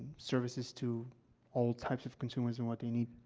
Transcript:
services to all types of consumers and what they need.